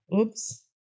Oops